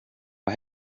vad